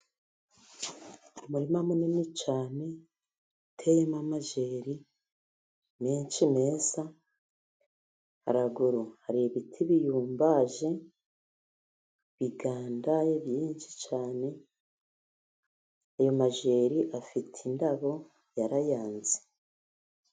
Umurima munini cyane, uteyemo amajeri menshi meza. Haruguru hari ibiti biyumbije, bigandaye, byinshi cyane . Ayo majeri afite indabo arayanze.